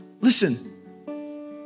listen